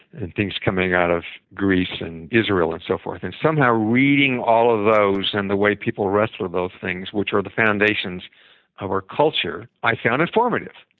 and things coming out of greece and israel and so forth. and somehow, reading all of those and the way people wrestled with those things which are the foundations of our culture, i found informative.